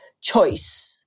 choice